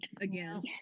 again